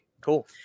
Cool